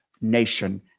nation